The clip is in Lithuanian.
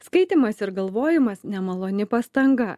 skaitymas ir galvojimas nemaloni pastanga